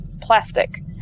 plastic